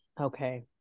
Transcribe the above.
Okay